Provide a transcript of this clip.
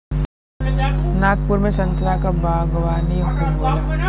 नागपुर में संतरा क बागवानी खूब होला